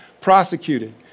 prosecuted